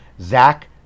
Zach